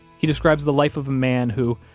he describes the life of a man who,